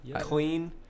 clean